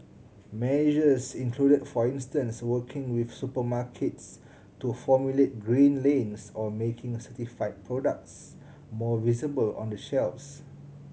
measures include for instance working with supermarkets to formulate green lanes or making certified products more visible on the shelves